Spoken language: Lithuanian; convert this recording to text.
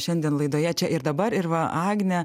šiandien laidoje čia ir dabar ir va agne